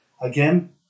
Again